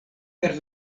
per